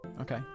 Okay